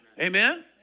Amen